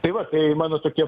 tai va tai mano tokie